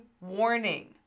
warning